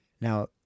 Now